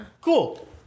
Cool